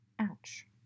Ouch